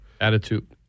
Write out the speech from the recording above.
Attitude